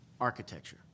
architecture